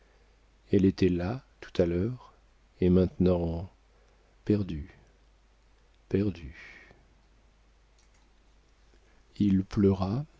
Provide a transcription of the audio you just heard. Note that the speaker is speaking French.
elle était là tout à l'heure et maintenant perdue perdue il pleura